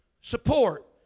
support